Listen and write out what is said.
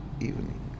evening